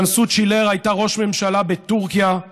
טנסו צ'ילר הייתה ראש ממשלה בטורקיה,